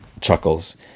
chuckles